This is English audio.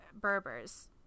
Berbers